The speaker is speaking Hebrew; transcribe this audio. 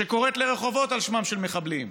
שקוראת לרחובות על שמם של מחבלים,